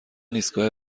ایستگاه